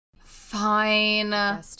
Fine